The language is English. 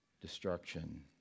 destruction